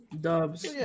Dubs